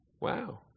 Wow